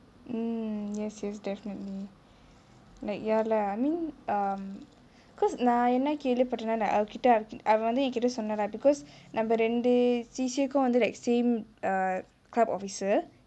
mm yes yes definitely like ya lah I mean um because நா என்ன கேள்வி பட்டேனா அவகிட்டே அவ வந்து என் கிட்டே சொன்னாலா: naa enna kelvi pattenaa avakitae ava vanthu en kitae sonnalaa because நம்ம ரெண்டு:namma rendu C_C_A கு வந்து:ku vanthu like same club officer